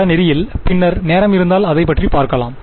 பாடநெறியில் பின்னர் நேரம் இருந்தால் அதைப்பற்றி பார்க்கலாம்